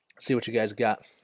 see what you guys got